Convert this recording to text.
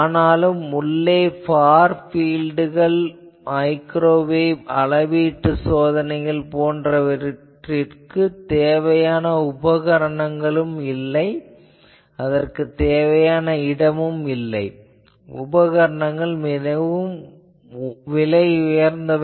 ஆனாலும் உள்ளே ஃபார் பீல்ட்கள் மைக்ரோவேவ் அளவீட்டு சோதனைகள் போன்றவற்றிக்குத் தேவையான இடம் இல்லை மேலும் இதற்கான உபகரணங்கள் விலை உயர்ந்தவை